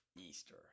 Easter